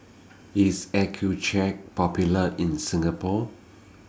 IS Accucheck Popular in Singapore